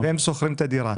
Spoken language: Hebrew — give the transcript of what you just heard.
ששוכרים את הדירה.